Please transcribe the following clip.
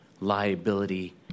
liability